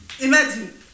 Imagine